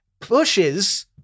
pushes